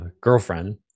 girlfriend